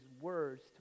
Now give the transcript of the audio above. words